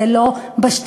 זה לא בשטחים.